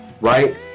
right